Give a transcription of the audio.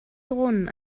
drohnen